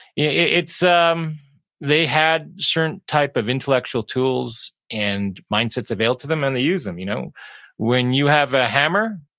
yeah um they had certain type of intellectual tools and mindsets availed to them, and they use them. you know when you have a hammer,